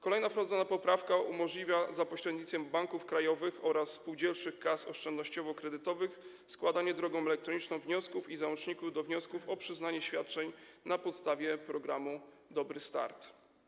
Kolejna wprowadzona poprawka umożliwia za pośrednictwem banków krajowych oraz spółdzielczych kas oszczędnościowo-kredytowych składanie drogą elektroniczną wniosków i załączników do wniosków o przyznanie świadczeń na podstawie programu „Dobry start”